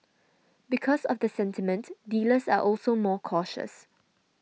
because of the sentiment dealers are also more cautious